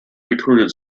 recruited